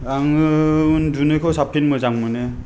आङो उन्दुनायखौ साबसिन मोजां मोनो